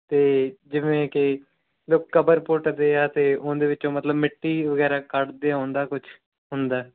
ਅਤੇ ਜਿਵੇਂ ਕਿ ਲੋਕ ਕਬਰ ਪੁੱਟਦੇ ਆ ਅਤੇ ਉਹਦੇ ਵਿੱਚੋਂ ਮਤਲਬ ਮਿੱਟੀ ਵਗੈਰਾ ਕੱਢਦੇ ਉਹਨਾ ਦਾ ਕੁਛ ਹੁੰਦਾ